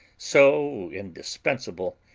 so indispensable,